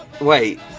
wait